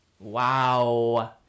wow